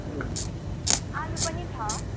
आलु पनि छ